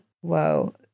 whoa